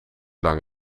lang